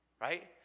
right